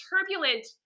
turbulent